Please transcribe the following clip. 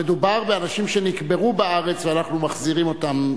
המדובר באנשים שנקברו בארץ ואנחנו מחזירים אותם,